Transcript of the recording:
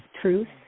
truth